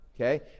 okay